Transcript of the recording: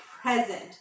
present